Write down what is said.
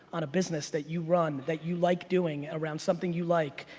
on a business that you run that you like doing around something you like,